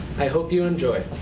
i hope you enjoy.